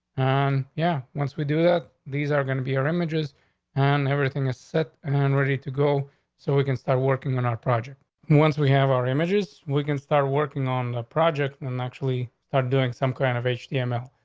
um, yeah. once we do that, these are gonna be our images and everything is set and ready to go so we can start working on our project. and once we have our images, we can start working on the project and actually start doing some kind of h t m l.